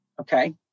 Okay